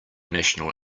national